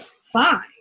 fine